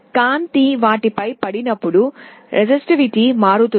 కాంతి వాటిపై పడినప్పుడు రెసిస్టివిటీ మారుతుంది